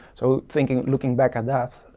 so thinking, looking back at that,